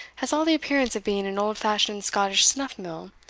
has all the appearance of being an old-fashioned scottish snuff-mill.